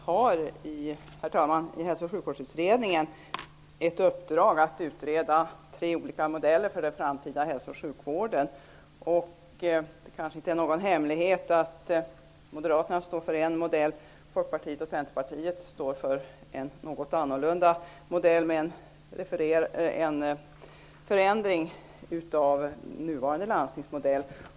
Herr talman! Vi har i Hälso och sjukvårdsutredningen i uppdrag att utreda tre olika modeller för den framtida hälso och sjukvården. Det kanske inte är någon hemlighet att Moderaterna står för en modell och att Folkpartiet och Centerpartiet står för en något annorlunda modell, med en förändring av nuvarande landstingsmodell.